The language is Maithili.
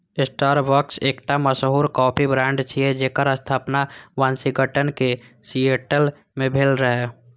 स्टारबक्स एकटा मशहूर कॉफी ब्रांड छियै, जेकर स्थापना वाशिंगटन के सिएटल मे भेल रहै